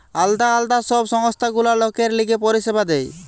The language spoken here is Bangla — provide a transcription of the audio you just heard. আলদা আলদা সব সংস্থা গুলা লোকের লিগে পরিষেবা দেয়